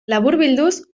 laburbilduz